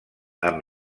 amb